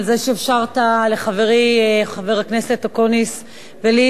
על זה שאפשרת לחברי חבר הכנסת אקוניס ולי